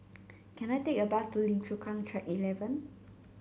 can I take a bus to Lim Chu Kang Track Eleven